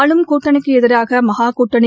ஆளும் கூட்டணிக்கு எதிரான மகா கூட்டணி